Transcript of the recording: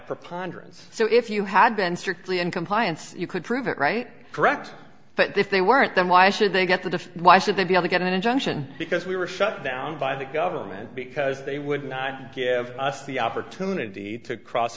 preponderance so if you had been strictly in compliance you could prove it right correct but if they weren't then why should they get the why should they be able to get an injunction because we were shut down by the government because they would not give us the opportunity to cross